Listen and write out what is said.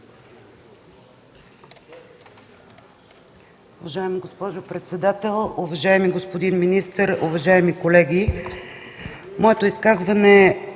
Уважаема госпожо председател. Уважаеми господин министър, уважаеми колеги, аз имам